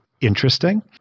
interesting